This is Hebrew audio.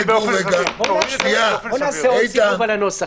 בואו נעשה עוד סיבוב על הנוסח.